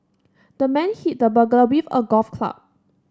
the man hit the burglar with a golf club